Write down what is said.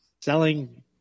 selling